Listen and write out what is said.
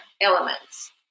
elements